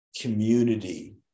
community